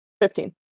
Fifteen